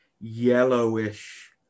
yellowish